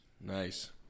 Nice